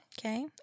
Okay